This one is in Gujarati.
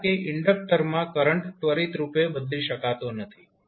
કારણકે ઇન્ડક્ટરમાં કરંટ ત્વરિતરૂપે બદલી શકાતો નથી